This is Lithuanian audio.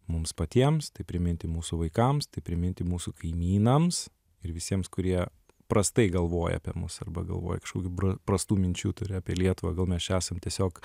mums patiems tai priminti mūsų vaikams tai priminti mūsų kaimynams ir visiems kurie prastai galvoja apie mus arba galvoja kažkokių prastų minčių turi apie lietuvą gal mes čia esam tiesiog